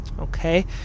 Okay